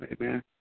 amen